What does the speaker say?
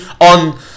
on